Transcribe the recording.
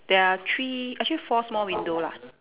there are three actually four small window lah